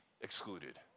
excluded